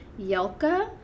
Yelka